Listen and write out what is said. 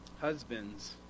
Husbands